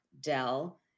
Dell